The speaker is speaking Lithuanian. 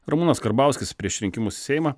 ramūnas karbauskis prieš rinkimus į seimą